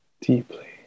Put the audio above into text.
deeply